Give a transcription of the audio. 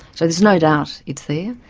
so there's no doubt it's there,